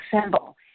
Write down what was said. symbol